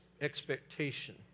expectation